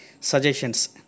suggestions